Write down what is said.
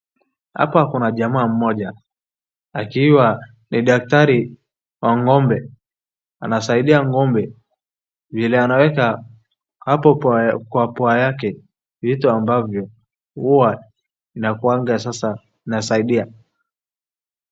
Hapa kuna jamaa mmoja akiwa ni daktari wa ng'ombe anasaidia ng'ombe ile anaweka hapo kwa pua yake vitu ambavyo huwa sasa anasaidia.